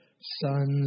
sons